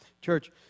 Church